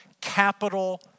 capital